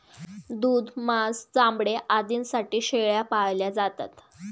दूध, मांस, चामडे आदींसाठी शेळ्या पाळल्या जातात